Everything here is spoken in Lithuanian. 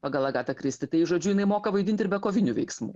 pagal agatą kristi tai žodžiu jinai moka vaidint ir be kovinių veiksmų